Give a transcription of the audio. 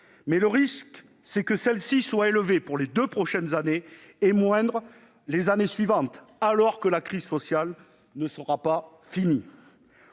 mais le risque est que ces aides soient élevées pour les deux prochaines années, et moindres les années suivantes, alors que la crise sociale ne sera pas finie.